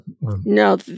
No